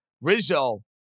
Rizzo